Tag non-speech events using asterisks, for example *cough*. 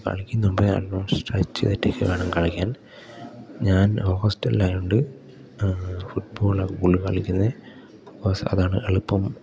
കളിക്കും മുൻപേ *unintelligible* സ്ട്രെച്ച് ചെയ്തിട്ട് വേണം കളിക്കാൻ ഞാൻ ഹോസ്റ്റലായോണ്ട് ഫുട്ബോള കൂടുതൽ കളിക്കുന്നത് ബികോസ് അതാണ് എളുപ്പം